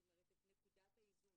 זאת אומרת את נקודת האיזון.